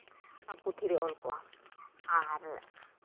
ᱚᱱᱟ ᱯᱩᱛᱷᱤ ᱨᱮ ᱚᱞ ᱠᱚᱜᱼᱟ ᱟᱨ